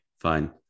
fine